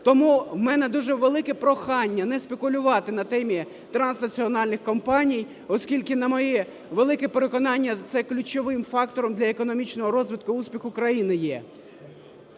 Тому в мене дуже велике прохання не спекулювати на темі транснаціональних компаній, оскільки, на моє велике переконання, це ключовим фактором для економічного розвитку і успіху країни є.